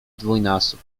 dwójnasób